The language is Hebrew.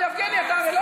זה לא יפה, בצלאל.